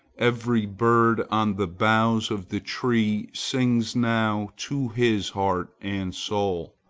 every bird on the boughs of the tree sings now to his heart and soul.